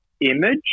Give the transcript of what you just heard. image